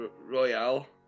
Royale